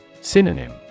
Synonym